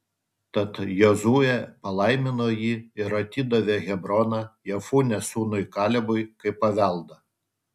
tad jozuė palaimino jį ir atidavė hebroną jefunės sūnui kalebui kaip paveldą